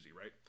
right